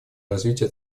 развитие